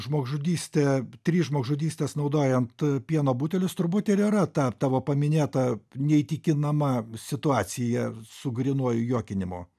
žmogžudystė trys žmogžudystės naudojant pieno butelius turbūt ir yra ta tavo paminėta neįtikinama situacija su grynuoju juokinimu